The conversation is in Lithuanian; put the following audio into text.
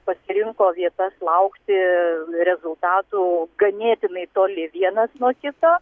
pasirinko vietas laukti rezultatų ganėtinai toli vienas nuo kito